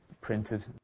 printed